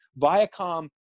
Viacom